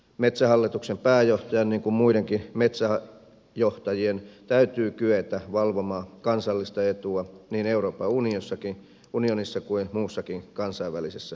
metsähallituksen pääjohtajan niin kuin muidenkin metsäjohtajien täytyy kyetä valvomaan kansallista etua niin euroopan unionissa kuin muussakin kansainvälisessä yhteistyössä